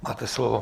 Máte slovo.